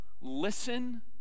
listen